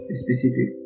specific